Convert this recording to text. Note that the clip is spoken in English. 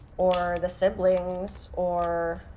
or the siblings or.